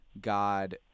God